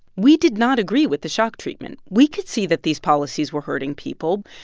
we did not agree with the shock treatment. we could see that these policies were hurting people.